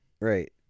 Right